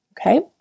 okay